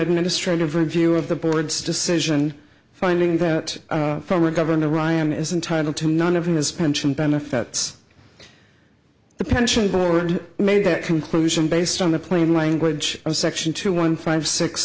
administrative review of the board's decision finding that former governor ryan is entitle to none of his pension benefits the pension board made that conclusion based on the plain language of section two one five six